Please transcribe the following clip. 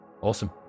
Awesome